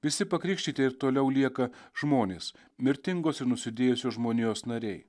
visi pakrikštytieji ir toliau lieka žmonės mirtingos ir nusidėjusios žmonijos nariai